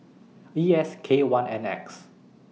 E S K one N X